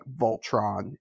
Voltron